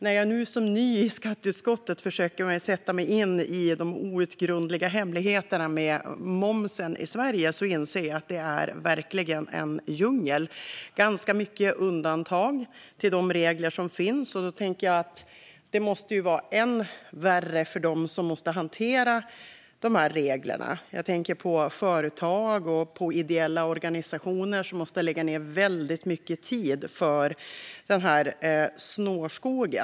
När jag som ny i skatteutskottet nu försöker sätta mig in i de outgrundliga hemligheterna när det gäller momsen i Sverige inser jag att det verkligen är en djungel - det finns ganska många undantag från reglerna. Men det måste vara ännu värre för dem som måste hantera dessa regler. Jag tänker på företag och ideella organisationer som måste lägga ned mycket tid på denna snårskog.